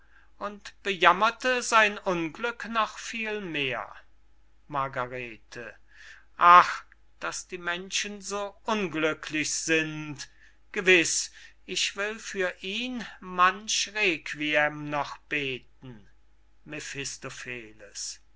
und bejammerte sein unglück noch viel mehr margarete ach daß die menschen so unglücklich sind gewiß ich will für ihn manch requiem noch beten